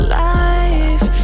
life